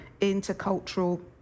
intercultural